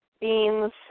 beans